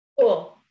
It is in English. Cool